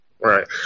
Right